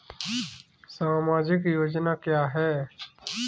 सामाजिक योजना क्या है?